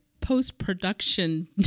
post-production